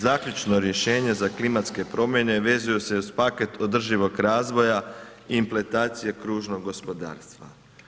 Zaključno rješenje za klimatske promjene vezuju se uz paket održivog razvoja, implementacije kružnog gospodarstva.